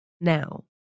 now